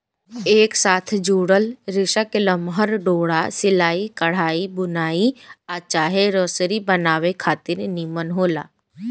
एक साथ जुड़ल रेसा के लमहर डोरा सिलाई, कढ़ाई, बुनाई आ चाहे रसरी बनावे खातिर निमन होला